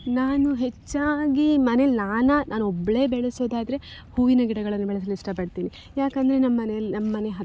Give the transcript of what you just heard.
ನಾನು ಹೆಚ್ಚಾಗಿ ಮನೇಲಿ ನಾನು ನಾನು ಒಬ್ಬಳೇ ಬೆಳೆಸೋದಾದ್ರೆ ಹೂವಿನ ಗಿಡಗಳನ್ನು ಬೆಳೆಸಲು ಇಷ್ಟಪಡ್ತೀನಿ ಯಾಕಂದರೆ ನಮ್ಮನೇಲಿ ನಮ್ಮ ಮನೆ ಹತ್ತು